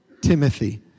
Timothy